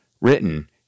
written